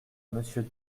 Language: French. monsieur